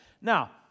Now